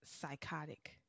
Psychotic